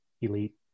elite